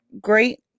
great